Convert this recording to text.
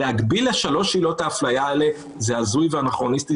להגביל לשלוש עילות האפליה האלה זה הזוי ואנכרוניסטי,